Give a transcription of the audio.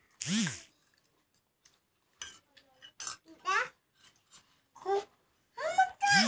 चोर तोहार जमीन मकान के जाली कागज बना के ओके बेच देलन